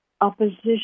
opposition